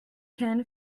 can